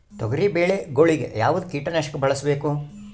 ತೊಗರಿಬೇಳೆ ಗೊಳಿಗ ಯಾವದ ಕೀಟನಾಶಕ ಬಳಸಬೇಕು?